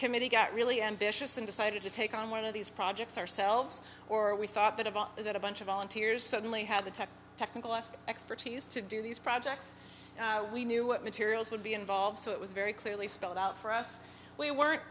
committee got really ambitious and decided to take on one of these projects ourselves or we thought that of all that a bunch of volunteers suddenly had the technical expertise to do these projects we knew what materials would be involved so it was very clearly spelled out for us weren't